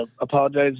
apologize